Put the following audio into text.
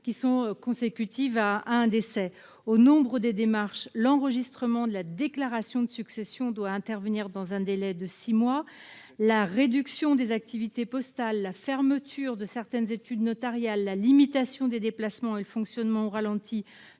démarches consécutives à un décès. Au nombre de celles-ci figure l'enregistrement de la déclaration de succession, qui doit intervenir dans un délai de six mois. Or la réduction des activités postales, la fermeture de certaines études notariales, la limitation des déplacements et le fonctionnement au ralenti